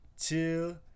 two